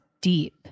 deep